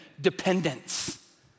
dependence